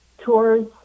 tours